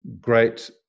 great